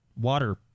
water